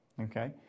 Okay